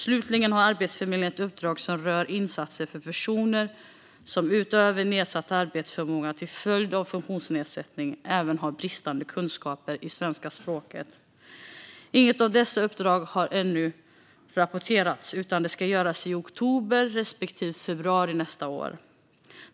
Slutligen har Arbetsförmedlingen ett uppdrag som rör insatser för personer som utöver nedsatt arbetsförmåga till följd av funktionsnedsättning även har bristande kunskaper i svenska språket. Inget av dessa uppdrag har ännu återrapporterats, utan det ska göras i oktober i år respektive i februari nästa år.